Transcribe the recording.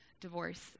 divorce